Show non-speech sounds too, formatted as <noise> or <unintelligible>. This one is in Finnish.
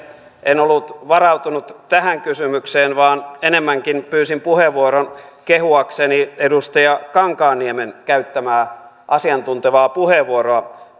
en ollut varautunut tähän kysymykseen vaan enemmänkin pyysin puheenvuoron kehuakseni edustaja kankaanniemen käyttämää asiantuntevaa puheenvuoroa <unintelligible>